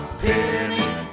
penny